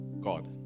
God